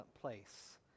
place